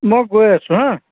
মই গৈ আছোঁ হা